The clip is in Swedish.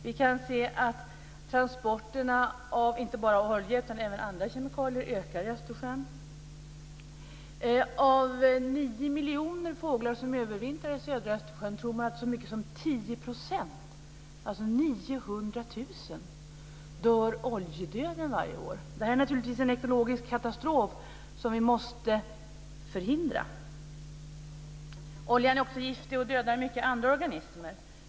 Vi kan se att transporterna av inte bara olja utan även andra kemikalier ökar i Östersjön. Av 9 miljoner fåglar som övervintrar i södra Östersjön tror man att så mycket som 10 %, alltså 900 000, dör oljedöden varje år. Detta är naturligtvis en ekologisk katastrof som vi måste förhindra. Oljan är också giftig och dödar många andra organismer.